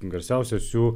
garsiausias jų